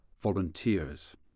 volunteers